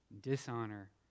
dishonor